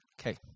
Okay